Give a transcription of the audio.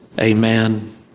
amen